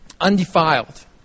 Undefiled